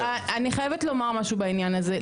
אני חייבת לומר משהו בעניין הזה.